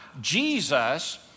Jesus